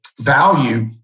value